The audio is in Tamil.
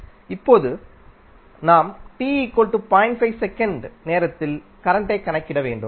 இப்போது நாம் செகண்ட்நேரத்தில் கரண்டைக் கணக்கிட வேண்டும்